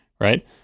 right